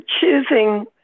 choosing